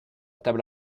table